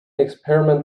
experiment